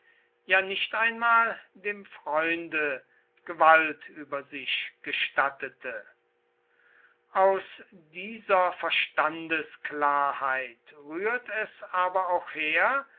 ja nicht einmal dem freunde gewalt über sich gestattete aus dieser verstandesklarheit rührt es aber auch her